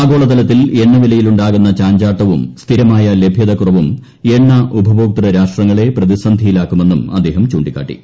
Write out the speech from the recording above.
ആഗോളതലത്തിൽ എണ്ണ്ടിലയിൽ ഉണ്ടാകുന്ന ചാഞ്ചാട്ടവും സ്ഥിരമായ ലഭ്യതക്കുറവും എണ്ണൂ ഉഷ്ടഭോക്തൃ രാഷ്ട്രങ്ങളെ പ്രതിസന്ധിയിലാക്കുമെന്നും അദ്ദേഹ് ചൂണ്ടിക്കാട്ടി